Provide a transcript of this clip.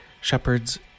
Shepherds